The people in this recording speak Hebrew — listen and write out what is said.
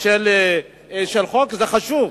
זה חשוב.